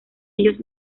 ellos